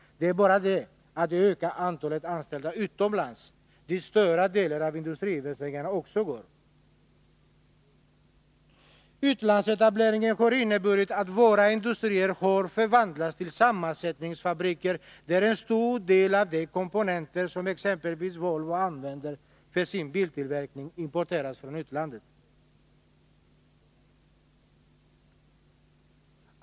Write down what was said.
Det är bara det att de ökar antalet anställda utomlands, dit stora delar av industriinvesteringarna också går. Utlandsetableringen har inneburit att våra industrier har förvandlats till sammansättningsfabriker, medan en stor del av de komponenter som exempelvis Volvo använder för sin biltillverkning importeras från utlandet.